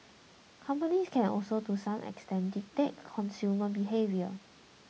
companies can also to some extent dictate consumer behaviour